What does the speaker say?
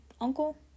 uncle